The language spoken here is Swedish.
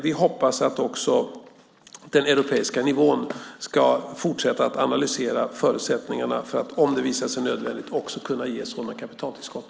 Vi hoppas att också den europeiska nivån ska fortsätta att analysera förutsättningarna för att, om det visar sig nödvändigt, kunna ge sådana kapitaltillskott.